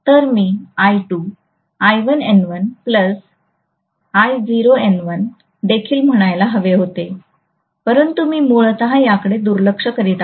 तर मी I2 I1N1 I0N1 देखील म्हणायला हवे होते परंतु मी मूलत याकडे दुर्लक्ष करीत आहे